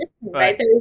Right